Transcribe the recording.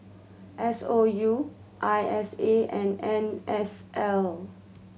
S O U I S A and N S L